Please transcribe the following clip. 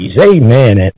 Amen